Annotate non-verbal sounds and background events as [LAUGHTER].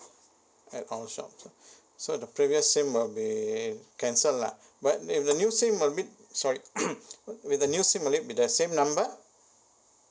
at our shops ah so the previous sim will be cancel lah but the the new sim will it sorry [COUGHS] will the new sim will it be the same number